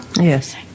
Yes